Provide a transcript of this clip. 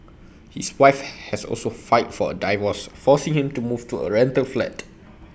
his wife has also filed for A divorce forcing him to move to A rental flat